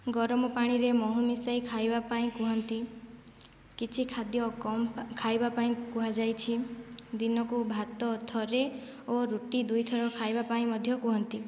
ଗରମ ପାଣିରେ ମହୁ ମିଶାଇ ଖାଇବା ପାଇଁ କୁହନ୍ତି କିଛି ଖାଦ୍ୟ କମ୍ ଖାଇବା ପାଇଁ କୁହାଯାଇଛି ଦିନକୁ ଭାତ ଥରେ ଓ ରୁଟି ଦୁଇଥରଖାଇବା ପାଇଁ ମଧ୍ୟ କୁହନ୍ତି